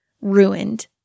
ruined